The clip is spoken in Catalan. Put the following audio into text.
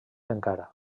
encara